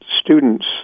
students